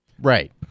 Right